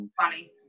funny